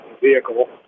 vehicle